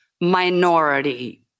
minority